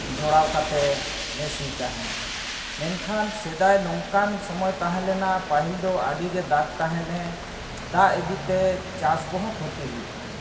ᱡᱚᱲᱟᱣ ᱠᱟᱛᱮᱫ ᱞᱮ ᱥᱤ ᱛᱟᱦᱮᱸᱫ ᱢᱮᱱᱠᱷᱟᱱ ᱥᱮᱫᱟᱭ ᱱᱚᱝᱠᱟᱱ ᱥᱚᱢᱚᱭ ᱛᱟᱦᱮᱸ ᱞᱮᱱᱟ ᱯᱟᱹᱦᱤᱞ ᱫᱚ ᱟᱹᱰᱤ ᱜᱮ ᱫᱟᱜ ᱛᱟᱦᱮᱱᱮ ᱫᱟᱜ ᱤᱫᱤᱛᱮ ᱪᱟᱥ ᱠᱚᱦᱚᱸ ᱠᱷᱚᱛᱤ ᱦᱩᱭᱩᱜ ᱛᱟᱦᱮᱸᱫ